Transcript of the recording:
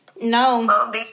No